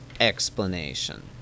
explanation